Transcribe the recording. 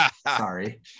sorry